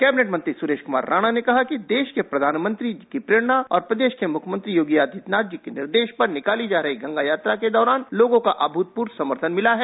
cabinet मंत्री सुरेश कुमार राणा ने कहा कि देश के प्रधानमंत्री की प्रेरणा और प्रदेश के मुख्यमंत्री योगी आदित्यनाथ के निर्देश पर निकाली जा रही गंगा यात्रा के दौरान लोगो का अन्यूतपूर्व समर्थन मिला है